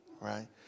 right